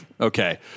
Okay